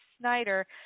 Snyder